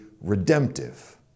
redemptive